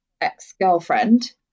ex-girlfriend